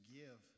give